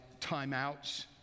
timeouts